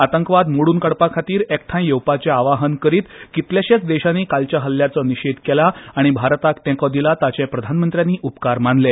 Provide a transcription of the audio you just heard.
आतंकवाद मोडून काडपा खातीर एकठांय येवपाचें आवाहन करीत कितल्याशाच देशांनी कालच्या हल्ल्याचो निशेद केला आनी भारताक तेंको दिला तांचे प्रधानमंत्र्यांनी उपकार मानले